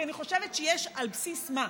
כי אני חושבת שיש על בסיס מה.